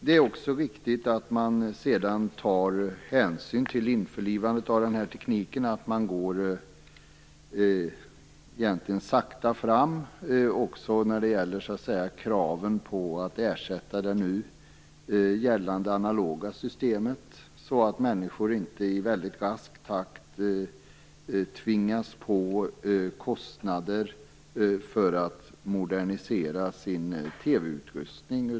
Det är också viktigt att man tar hänsyn till införlivandet av den här tekniken. Man bör gå sakta fram när det gäller kraven på att ersätta det nu gällande analoga systemet så att inte människor i väldigt rask takt tvingas på kostnader för att modernisera sin TV utrustning.